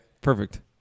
perfect